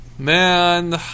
Man